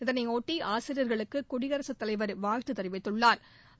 இதனையொட்டி ஆசிரியா்களுக்கு குடியரசுத் தலைவா் வாழ்த்து தெரிவித்துள்ளாா்